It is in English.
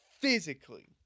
physically